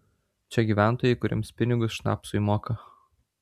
čia gyventojai kuriems pinigus šnapsui moka